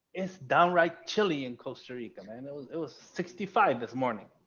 it's downright chilly in costa rica. man. it was it was sixty five this morning.